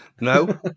No